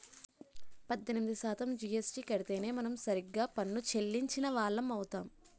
పద్దెనిమిది శాతం జీఎస్టీ కడితేనే మనం సరిగ్గా పన్ను చెల్లించిన వాళ్లం అవుతాం